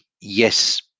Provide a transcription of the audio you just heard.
yes